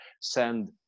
send